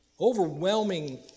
overwhelming